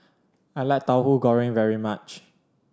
I like Tauhu Goreng very much